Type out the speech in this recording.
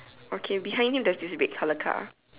okay behind him there's this big color car